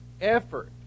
effort